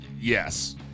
Yes